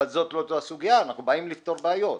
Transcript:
אבל זאת לא הסוגיה, אנחנו באים לפתור בעיות.